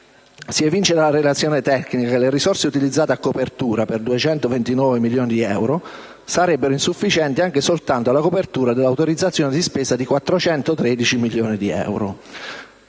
norme. Dalla relazione tecnica si evince che le risorse utilizzate a copertura per 229 milioni di euro sarebbero insufficienti anche soltanto alla copertura dell'autorizzazione di spesa di 413 milioni di euro.